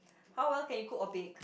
how well can you cook or bake